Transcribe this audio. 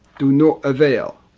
to no avail.